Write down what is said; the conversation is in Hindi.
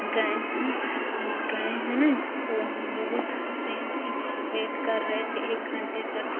गए हैं गए हैं तो हम लोग ट्रेन की वेट कर रहे थे एक घंटे तक